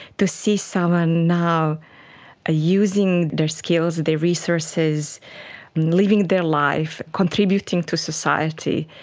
to see someone now using their skills, their resources and living their life, contributing to society,